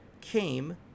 came